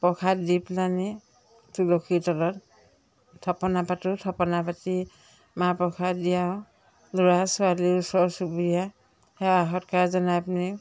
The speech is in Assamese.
প্ৰসাদ দি পেলাই নি তুলসী তলত থাপনা পাতোঁ থাপনা পাতি মা প্ৰসাদ তিয়াওঁ ল'ৰা ছোৱালী ওচৰ চুবুৰীয়া সেৱা সৎকাৰ জনাই পিনি